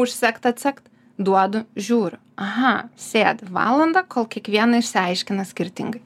užsegt atsegt duodu žiūriu aha sėdi valandą kol kiekvieną išsiaiškina skirtingai